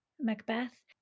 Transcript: Macbeth